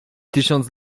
tysiąc